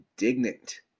indignant